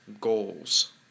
goals